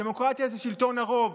דמוקרטיה זה שלטון הרוב,